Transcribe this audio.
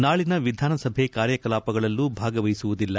ನಾಳನ ವಿಧಾನಸಭೆ ಕಾರ್ಯಕಲಾಪಗಳಲ್ಲೂ ಭಾಗವಹಿಸುವುದಿಲ್ಲ